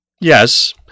Yes